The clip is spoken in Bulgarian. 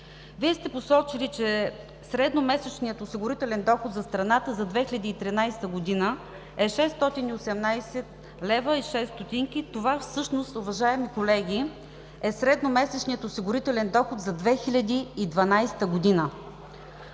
Вие сте посочили, че средномесечният осигурителен доход за страната за 2013 г. е 618 лв. 6 ст. – това всъщност, уважаеми колеги, е средномесечният осигурителен доход за 2012 г.